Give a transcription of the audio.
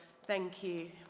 thank you.